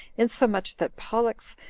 insomuch that pollux,